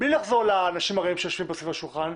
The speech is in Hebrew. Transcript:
בלי לחזור לאנשים הרעים שיושבים כאן סביב השולחן.